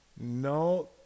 no